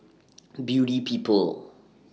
Beauty People